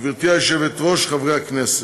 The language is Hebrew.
גברתי היושבת-ראש, חברי הכנסת,